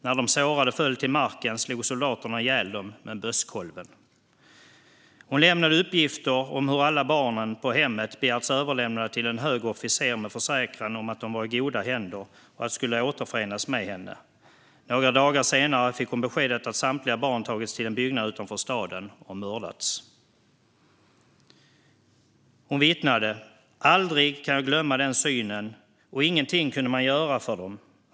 När de sårade föll till marken slog soldaterna ihjäl dem med bösskolven. Hon lämnade uppgifter om hur alla barn på hemmet begärts att bli överlämnade till en hög officer med försäkran om att de var i goda händer och skulle återförenas med henne. Några dagar senare fick hon beskedet att samtliga barn tagits till en byggnad utanför staden och mördats. Hon vittnade: "Aldrig kan jag glömma den synen. Och ingenting kunde man göra för dem!